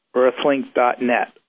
earthlink.net